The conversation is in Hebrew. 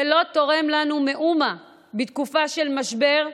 זה לא תורם לנו מאומה בתקופה של משבר,